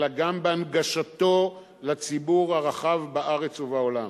אלא גם בהנגשתו לציבור הרחב בארץ ובעולם.